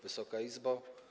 Wysoka Izbo!